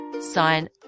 sign